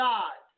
God